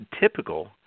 typical